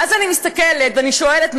ואז אני מסתכלת ואני שואלת,